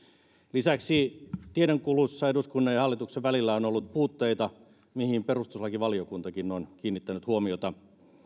lisäksi tiedonkulussa eduskunnan ja hallituksen välillä on ollut puutteita mihin perustuslakivaliokuntakin on kiinnittänyt huomiota